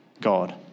God